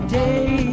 day